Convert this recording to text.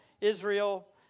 Israel